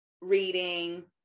reading